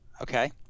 okay